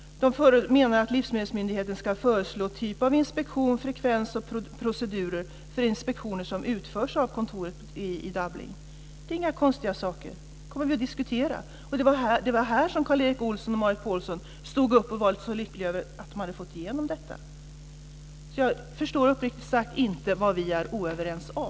Man menar att livsmedelsmyndigheten ska föreslå typ av inspektion samt frekvens och procedurer för inspektioner som utförs av kontoret i Dublin. Det är inga konstiga saker! Detta kommer vi att diskutera. Det var detta som Karl Erik Olsson och Marit Paulsen stod upp och var så lyckliga över att de hade fått igenom. Jag förstår alltså uppriktigt sagt inte vad vi är oense om.